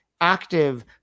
active